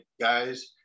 guys